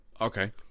Okay